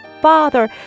Father